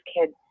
kids